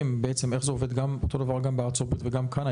אותו הדבר גם בארצות הברית וגם כאן,